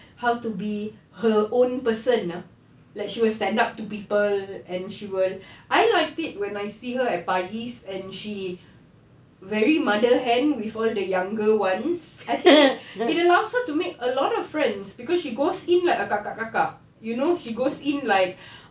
how to be her own person ah like she will stand up to people and she will I liked it when I see her at parties and she very mother hen with all the younger ones I think it allows her to make a lot of friends cause she goes in like a kakak kakak you know she goes in like